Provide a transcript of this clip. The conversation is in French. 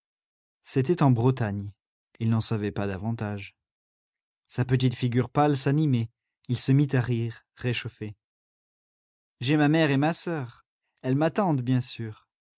c'était en bretagne il n'en savait pas davantage sa petite figure pâle s'animait il se mit à rire réchauffé j'ai ma mère et ma soeur elles m'attendent bien sûr